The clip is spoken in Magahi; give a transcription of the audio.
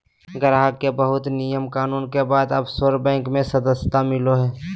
गाहक के बहुत से नियम कानून के बाद ओफशोर बैंक मे सदस्यता मिलो हय